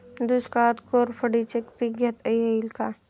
दुष्काळात कोरफडचे पीक घेता येईल का?